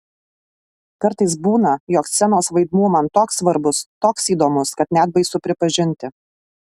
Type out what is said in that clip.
kartais būna jog scenos vaidmuo man toks svarbus toks įdomus kad net baisu pripažinti